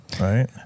Right